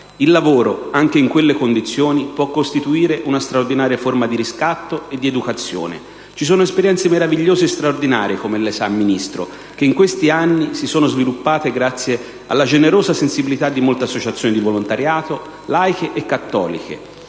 Il lavoro, anche in quelle condizioni, può costituire una straordinaria forma di riscatto e di educazione. Ci sono esperienze meravigliose e straordinarie - come lei sa, Ministro - che in questi anni si sono sviluppate grazie alla generosa sensibilità di molte associazioni di volontariato laiche e cattoliche,